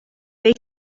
they